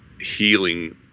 healing